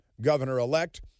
governor-elect